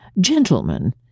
gentlemen